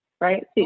right